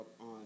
on